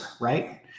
right